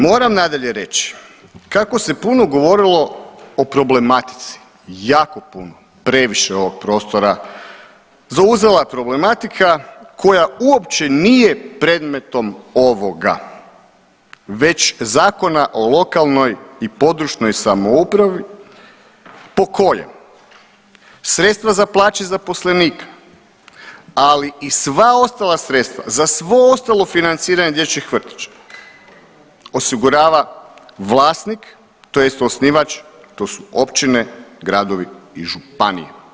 Moram nadalje reći kako se puno govorilo o problematici, jako puno previše ovog prostora zauzela je problematika koja uopće nije predmetom ovoga već Zakona o lokalnoj i područnoj samoupravi po kojem sredstva za plaće zaposlenika, ali i sva ostala sredstva za svo ostalo financiranja dječjih vrtića osigurava vlasnik tj. osnivač to su općine, gradovi i županije.